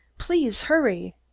please hurry.